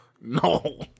No